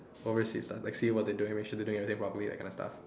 oversees ah like see what they're doing and make sure they're doing properly kind of stuff